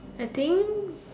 I think